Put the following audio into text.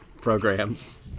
programs